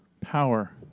power